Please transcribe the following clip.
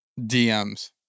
DMs